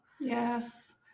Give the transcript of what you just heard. Yes